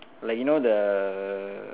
like you know the